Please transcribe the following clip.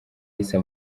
issa